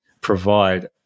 provide